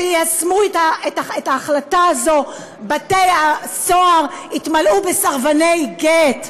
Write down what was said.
כשיישמו את ההחלטה הזאת בתי-הסוהר יתמלאו בסרבני גט.